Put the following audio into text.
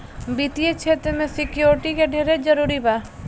वित्तीय क्षेत्र में सिक्योरिटी के ढेरे जरूरी बा